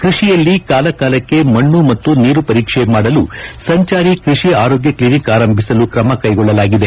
ಕೃಷಿಯಲ್ಲಿ ಕಾಲಕಾಲಕ್ಕೆ ಮಣ್ಣು ಮತ್ತು ನೀರು ಪರೀಕ್ಷೆ ಮಾಡಲು ಸಂಚಾರಿ ಕೃಷಿ ಆರೋಗ್ಯ ಕ್ಷಿನಿಕ್ ಆರಂಭಿಸಲು ಕ್ರಮ ಕೈಗೊಳ್ಳಲಾಗಿದೆ